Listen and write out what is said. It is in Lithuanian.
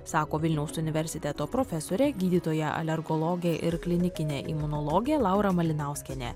sako vilniaus universiteto profesorė gydytoja alergologė ir klinikinė imunologė laura malinauskienė